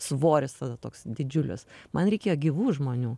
svoris tada toks didžiulis man reikėjo gyvų žmonių